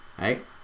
Right